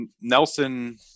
Nelson